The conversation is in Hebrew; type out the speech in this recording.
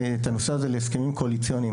את הנושא הזה להסכמים הקואליציוניים,